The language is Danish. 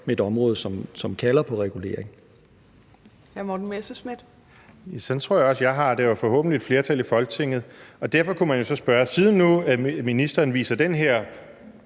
med et område, som kalder på regulering.